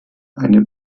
eine